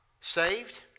saved